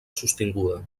sostinguda